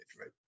right